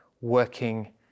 working